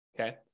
okay